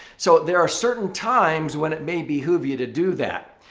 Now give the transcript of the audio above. so, there are certain times when it may behoove you to do that.